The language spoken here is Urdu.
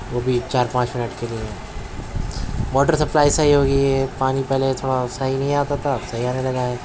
وہ بھی چار پانچ منٹ کے لیے واٹر سپلائی صحیح ہوگئی ہے پانی پہلے تھوڑا صحیح نہیں آتا تھا اب سہی آنے لگا ہے